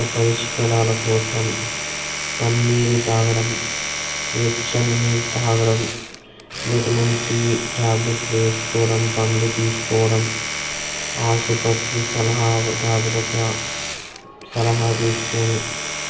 ఈ యొక్క పరిష్కరాల కోసం పన్నీరుత్రాగడం వెచ్చని నీరు త్రాగడం విటమిన్ సి టాబ్లెట్ వేసుకోడం పండ్లు తీసుకోవడం ఆసుపత్రి సలహాదారులొక సలహా తీసుకుని